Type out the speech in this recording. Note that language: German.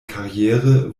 karriere